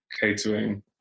catering